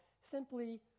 simply